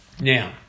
Now